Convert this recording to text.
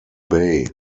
bay